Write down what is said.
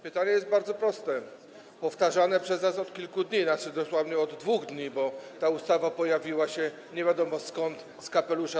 Pytanie jest bardzo proste, powtarzane przez nas od kilku dni, to znaczy dosłownie od 2 dni, bo ta ustawa pojawiła się nie wiadomo skąd, wyciągnięta z kapelusza.